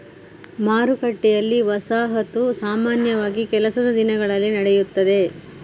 ಮಾರುಕಟ್ಟೆಯಲ್ಲಿ, ವಸಾಹತು ಸಾಮಾನ್ಯವಾಗಿ ಕೆಲಸದ ದಿನಗಳಲ್ಲಿ ನಡೆಯುತ್ತದೆ